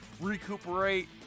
recuperate